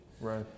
Right